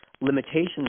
limitations